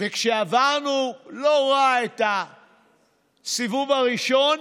וכשעברנו לא רע את הסיבוב הראשון,